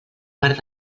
part